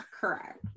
Correct